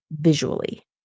visually